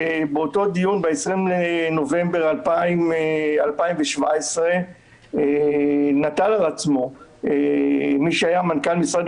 ובאותו דיון ב-20 בנובמבר 2017 נטל על עצמו מי שהיה מנכ"ל משרד